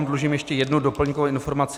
Dlužím vám ještě jednu doplňkovou informaci.